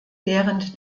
während